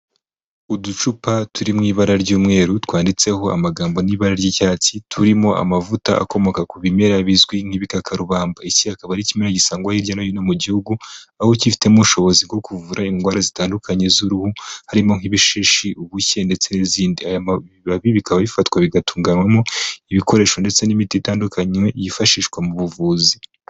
Uducupa turi mu ibara ry'umweru, twanditseho amagambo n'ibara ry'icyatsi, turimo amavuta akomoka ku bimera bizwi nk'ibikakarubamba. Iki akaba ari kimwe gisangwa hirya no hino mu gihugu, aho cyifitemo ubushobozi bwo kuvura indwara zitandukanye z'uruhu, harimo nk'ibishishi, ubushye ndetse n'izindi. Ibi bibabi bikaba bifatwa bigatunganywamo ibikoresho ndetse n'imiti itandukanye, yifashishwa mu buvuzi.